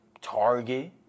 Target